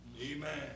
Amen